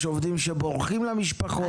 יש עובדים שבורחים למשפחות,